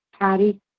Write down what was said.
patty